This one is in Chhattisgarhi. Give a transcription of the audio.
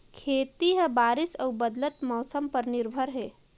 खेती ह बारिश अऊ बदलत मौसम पर निर्भर हे